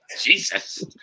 Jesus